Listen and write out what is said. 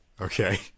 Okay